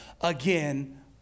again